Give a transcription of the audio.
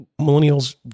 millennials